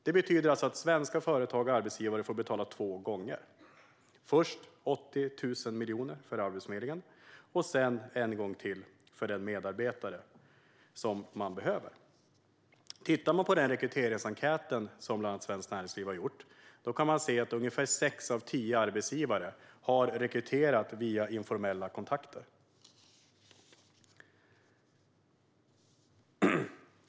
Det betyder att svenska företag och arbetsgivare får betala två gånger: först 80 000 miljoner för Arbetsförmedlingen och sedan en gång till för den medarbetare som man behöver. Om man tittar på den rekryteringsenkät som bland andra Svenskt Näringsliv har gjort kan man se att ungefär sex av tio arbetsgivare har rekryterat via informella kontakter.